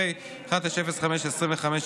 פ/1905/25,